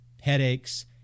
headaches